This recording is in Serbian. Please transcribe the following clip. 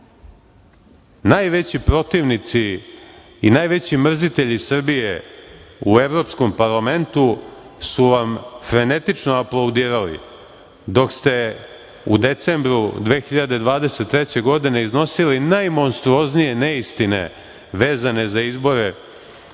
najveći protivnici i najveći mrzitelji Srbije u Evropskom parlamentu su vam frenetično aplaudirali dok ste u decembru 2023. godine iznosili najmonstruoznije neistine vezane za izbore